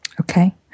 Okay